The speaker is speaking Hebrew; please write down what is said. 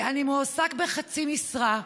אני מועסק בחצי משרה,